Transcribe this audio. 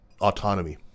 autonomy